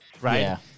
right